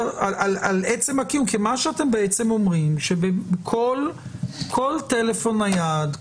מה שאתם אומרים שכל טלפון נייד,